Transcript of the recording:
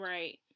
Right